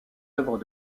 œuvres